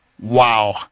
Wow